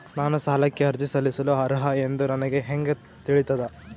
ನಾನು ಸಾಲಕ್ಕೆ ಅರ್ಜಿ ಸಲ್ಲಿಸಲು ಅರ್ಹ ಎಂದು ನನಗೆ ಹೆಂಗ್ ತಿಳಿತದ?